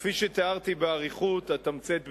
כפי שתיארתי באריכות, אתמצת בקצרה.